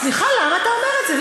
סליחה, למה אתה אומר את זה?